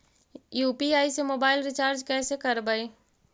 UPI से mobile recharge कैसे करबइ?